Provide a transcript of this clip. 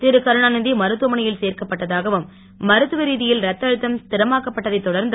திருகருணா நிதி மருத்துவமனையில் சேர்க்கப்பட்டதாகவும் மருத்துவ ரீதியில் இரத்த அழுத்தம் ஸ்திரமாக்கப்பட்டதை தொடர்ந்து